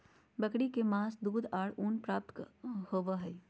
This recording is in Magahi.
बकरी से मांस, दूध और ऊन प्राप्त होबय हइ